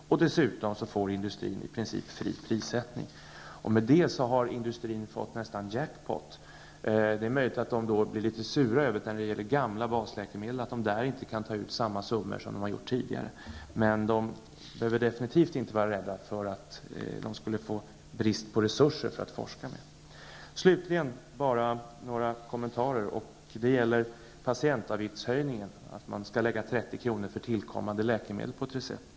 Dessutom får industrin i princip fri prissättning. Med det har industrin fått nästan jackpot. Det är möjligt att man inom industrin blir litet sur över att man inte längre kan ta ut samma priser på gamla basläkemedel som tidigare. Men man behöver definitivt inte vara rädd för att få brist på resurser för att forska. Slutligen några kommentarer. Det gäller patientavgiftshöjningen -- att man skall lägga till 30 kr. för tillkommande läkemedel på ett recept.